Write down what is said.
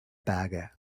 berge